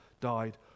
died